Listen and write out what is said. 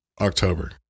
October